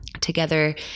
together